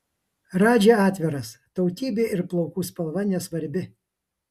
radži atviras tautybė ir plaukų spalva nesvarbi